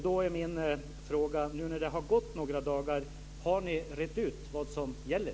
Då är min fråga, när det nu har gått några dagar: Har ni rett ut vad som gäller?